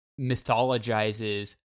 mythologizes